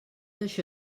això